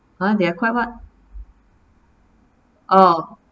!huh! they are quite what oh